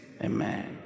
amen